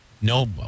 No